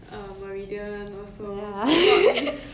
uh meridian also not really